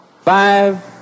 Five